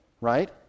right